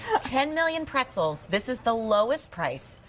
ten million pretzels. this is the lowest price,